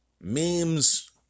memes